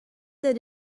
that